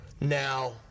now